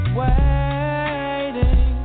waiting